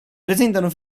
presentano